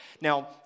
Now